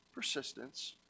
persistence